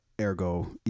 Ergo